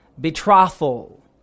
betrothal